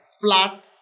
flat